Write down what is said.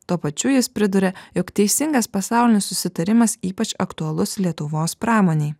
tuo pačiu jis priduria jog teisingas pasaulinis susitarimas ypač aktualus lietuvos pramonei